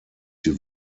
die